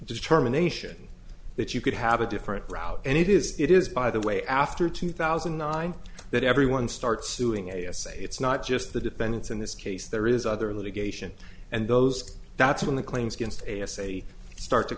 determination that you could have a different route and it is it is by the way after two thousand and nine that everyone starts suing a a say it's not just the defendants in this case there is other litigation and those that's when the claims against as a start to